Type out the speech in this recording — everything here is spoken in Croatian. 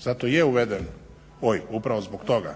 Zato i je uveden OIB upravo zbog toga.